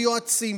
יועצים,